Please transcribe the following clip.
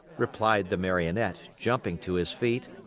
replied the marionette, jumping to his feet.